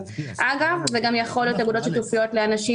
אגב זה גם יכול להיות אגודות שיתופיות לאנשים